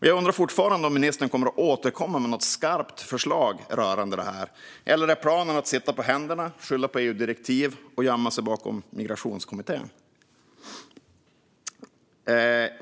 Jag undrar fortfarande om ministern kommer att återkomma med något skarpt förslag rörande denna fråga. Eller är planen att sitta på händerna, skylla på EU-direktiv och gömma sig bakom Migrationskommittén?